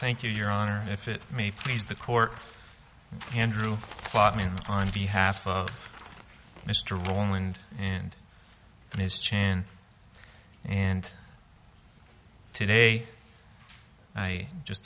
thank you your honor if it may please the court andrew on behalf of mr roland and his chain and today i just